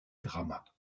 drama